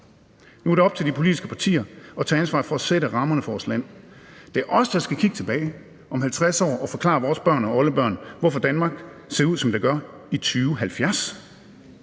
Nu er det op til de politiske partier at tage ansvar for at sætte rammerne for vores land, og det er os, der skal kigge tilbage om 50 år og forklare vores børnebørn og oldebørn, hvorfor Danmark ser ud, som det gør, i 2070.